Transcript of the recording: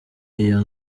iyo